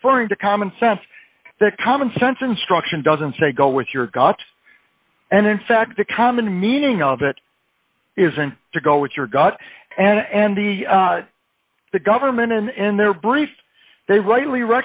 referring to common sense that common sense instruction doesn't say go with your gut and in fact the common meaning of it isn't to go with your gut and the the government and their briefs they rightly